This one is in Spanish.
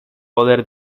poder